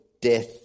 death